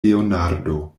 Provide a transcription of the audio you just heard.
leonardo